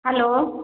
hello